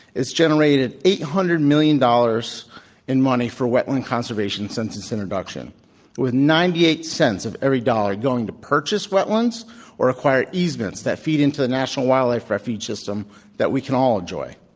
it's generated eight hundred million dollars in money for wetland conservation since its introduction with ninety eight cents of every dollar going to purchase wetlands or acquire easements that feed into the national wildlife refuge system that we can all enjoy.